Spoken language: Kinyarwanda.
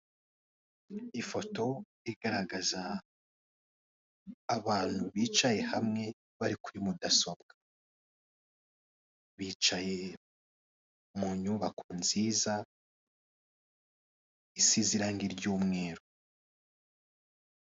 Ifoto igaragaza abantu bicaye hamwe bari kuri mudasobwa. Bicaye mu nyubako nziza isize irangi ry'umweru.